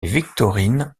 victorine